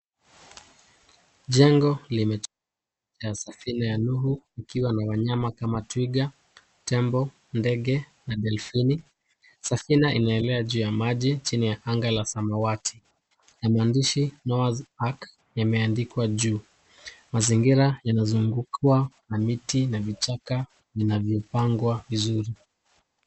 Jengo limejaa safina ya nuhu ikiwa na wanyama kama twiga, tembo, ndege na delfini. Safina imelea juu ya maji chini ya anga ya samawati, na maandishi Noah's ark imeandikwa juu. Mazingira yamezungukwa ba miti na vichaka vinavyopangwa vizuri.